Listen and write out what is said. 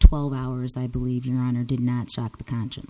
twelve hours i believe your honor did not stop the conscience